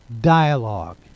dialogue